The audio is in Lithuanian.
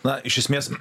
na iš esmės